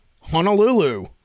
Honolulu